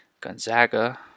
Gonzaga